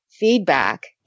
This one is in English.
feedback